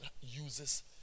uses